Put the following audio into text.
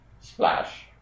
Splash